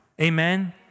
Amen